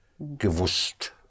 Gewusst